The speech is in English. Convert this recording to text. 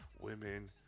women